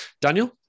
Daniel